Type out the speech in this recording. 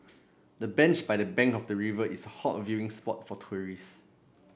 the bench by the bank of the river is a hot viewing spot for tourists